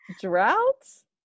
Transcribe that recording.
droughts